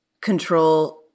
control